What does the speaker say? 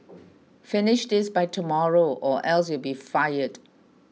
finish this by tomorrow or else you'll be fired